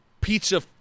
pizza